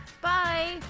Bye